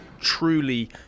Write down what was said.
truly